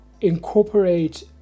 incorporate